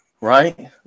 Right